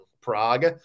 Prague